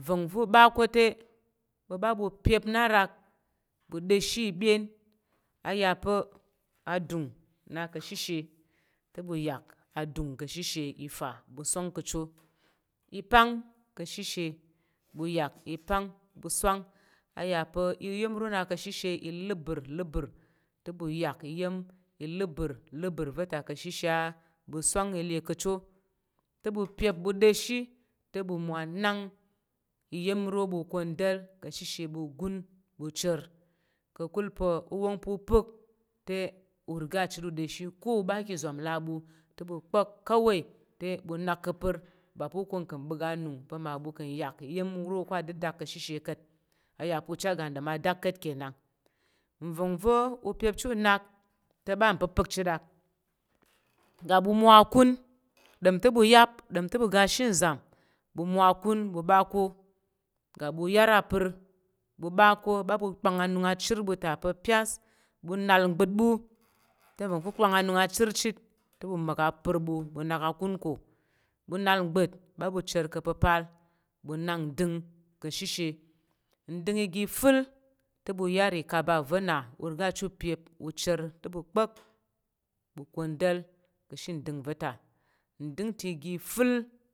Nva̱ngva̱ u ɓa ko te ɓu ɓa bu pye na rak bu da̱mshi ibyen aya pa a dung na kà shihshe te ɓu yak a dung ka̱ shishe ita bu swan ka cho i pang ka shishe bu yak i pang ɓu swan aya pa iya̱m ro na kashishe i leber leber te bu yak iyim ileber leber veta kashisha bu swan ile kecho te bu pyem ɓu ɗa̱shi te ɓu mo anang iya̱m ro bu kamdel ka shishe ɓu gun bu cər ƙakul pa uwong pu pak te urega cit a deshi ƙa uba ki izum labute bu pak kawete bu nak ka per babu kong ka bək a nong pa ma buk a nyak iya̱m roko aɗədək ka̱ shishe ka̱t aya pa uche ga dem a dak kat ka̱ nang nva̱ngva̱ u pye chit u nok te bu papa chit dak ga ɓu mo akum da̱m te ɓu yap dem te ɓu ga shi nzam ɓu mo a kumbu bako ga bu yar a per bubako babu bang a nong a cir buta papyas bunal nbat bu te nvong u pang a nong a cər cit te ɓu mong a par bu bu nak a kung ko ɓu nal nbat ba bwecir ka̱pəpal ɓu nak ndəng ka̱ shishe ndəng i ga fat te ɓu yar i ka̱ ɓa vena ure ga cit upye u chər te ɓu pang ɓu kwandal ka̱ shi ndəng ve ta ndəng te iga fal.